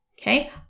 okay